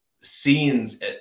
scenes